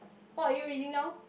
what are you reading now